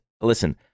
Listen